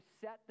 set